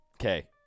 Okay